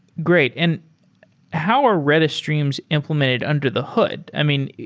great. and how are redis streams implemented under the hood? i mean,